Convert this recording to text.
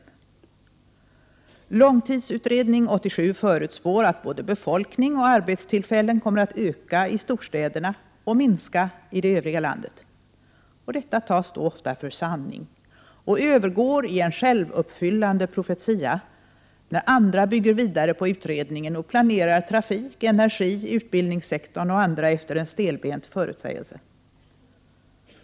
I Långtidsutredning 87 förutspås att både befolkningen och antalet arbetstillfällen kommer att öka i storstäderna och minska i övriga delar av landet. Detta uppfattas ofta som en sanning och blir en självuppfyllande profetia när andra bygger vidare på utredningen och planerar trafik-, energioch utbildningssektorn etc. efter en stelbent förutsägelse.